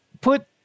put